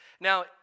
Now